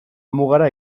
mugara